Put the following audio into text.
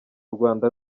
rwanda